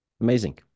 Amazing